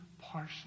partially